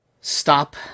stop